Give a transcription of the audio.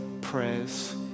prayers